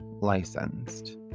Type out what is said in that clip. licensed